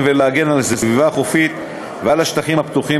ולהגן על הסביבה החופית ועל השטחים הפתוחים,